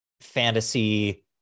fantasy